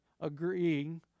agreeing